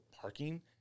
parking